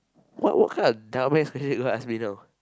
what what kind of dumbass question are you gonna ask me now